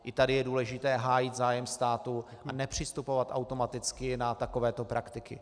I tady je důležité hájit zájem státu a nepřistupovat automaticky na takovéto praktiky.